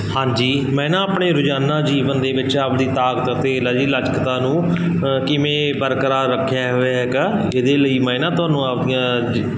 ਹਾਂਜੀ ਮੈਂ ਨਾ ਆਪਣੇ ਰੋਜ਼ਾਨਾ ਜੀਵਨ ਦੇ ਵਿੱਚ ਆਪਦੀ ਤਾਕਤ ਅਤੇ ਲੈ ਜੀ ਲਚਕਤਾ ਨੂੰ ਕਿਵੇਂ ਬਰਕਰਾਰ ਰੱਖਿਆ ਹੋਇਆ ਹੈਗਾ ਇਹਦੇ ਲਈ ਮੈਂ ਨਾ ਤੁਹਾਨੂੰ ਆਪਦੀਆਂ